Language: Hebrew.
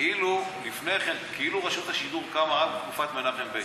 כאילו רשות השידור קמה רק בתקופת מנחם בגין.